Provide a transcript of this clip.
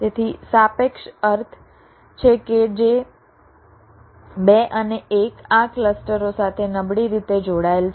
તેથી સાપેક્ષ અર્થ છે કે જે 2 અને 1 આ ક્લસ્ટરો સાથે નબળી રીતે જોડાયેલ છે